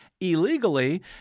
illegally